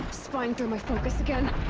spying through my focus again?